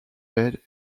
bed